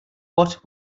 what